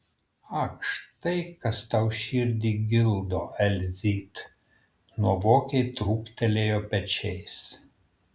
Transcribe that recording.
ak štai kas tau širdį gildo elzyt nuovokiai trūktelėjo pečiais